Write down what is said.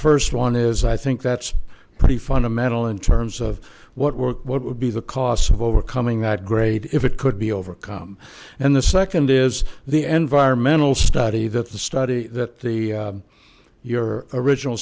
first one is i think that's pretty fundamental in terms of what worked what would be the costs of overcoming that great if it could be overcome and the second is the environmentalists study that the study that the your original